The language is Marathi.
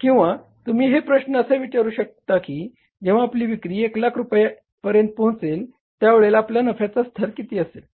किंवा तुम्ही हे प्रश्न असे ही विचारू शकता की जेंव्हा आपली विक्री 100000 रुपया पर्यंत पोहचेल त्यावेळेला आपला नफ्याचा स्तर किती असेल